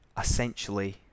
essentially